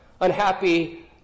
Unhappy